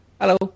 Hello